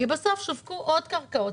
כי בסוף שווקו עוד קרקעות.